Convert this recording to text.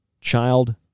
child